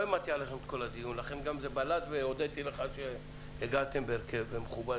לא העמדתי עליכם את כל הדיון לכן גם הודיתי לך שהגעתם בהרכב מכובד.